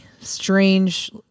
strange